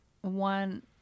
one